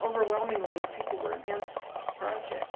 overwhelmingly that people were against the project.